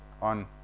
on